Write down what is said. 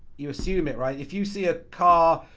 you assume it right? if you see a car,